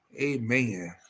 Amen